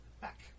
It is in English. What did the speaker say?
back